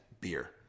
beer